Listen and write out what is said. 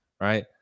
right